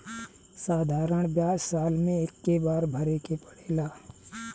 साधारण ब्याज साल मे एक्के बार भरे के पड़ेला